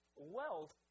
Wealth